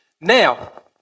Now